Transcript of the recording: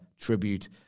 tribute